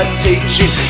teaching